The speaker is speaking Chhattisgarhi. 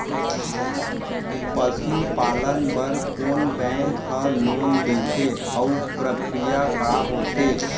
पसु पालन बर कोन बैंक ह लोन देथे अऊ प्रक्रिया का होथे?